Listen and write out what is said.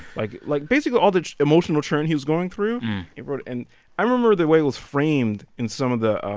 like like, basically all the emotional churn he was going through he wrote it. and i remember the way it was framed in some of the. ah